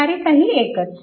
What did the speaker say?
सारे काही एकच